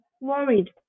worried